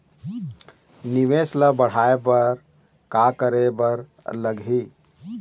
निवेश ला बढ़ाय बर का करे बर लगही?